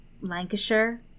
lancashire